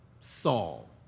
Saul